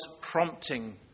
prompting